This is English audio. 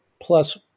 plus